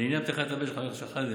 לעניין פתיחת המשק, חבר הכנסת שחאדה,